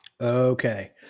Okay